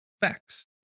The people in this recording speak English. facts